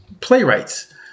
playwrights